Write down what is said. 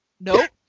Nope